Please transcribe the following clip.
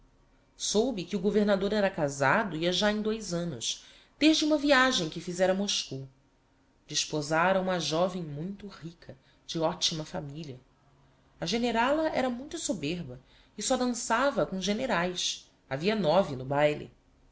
soube que o governador era casado ia já em dois annos desde uma viagem que fizéra a moscou desposara uma joven muito rica de optima familia a generala era muito soberba e só dansava com generaes